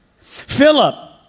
Philip